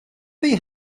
they